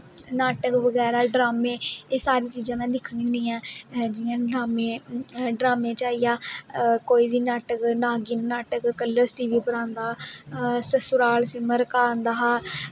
नाटक बगैरा ड्रामें एह् सारी चीजां में दिक्खनी होन्नी ऐं जियां ड्रामें च आईया कोई नाटक नागिन नाटक कल्लरस टी वी पर आंदा ससुराल सिमरका आंदा हा